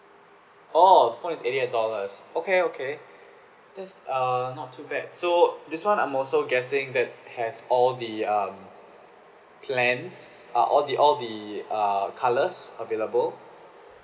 orh phone is eighty eight dollars okay okay that's err not too bad so this one I'm also guessing that has all the uh plans uh all the all the err colours available